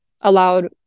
allowed